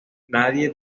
nadie